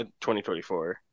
2024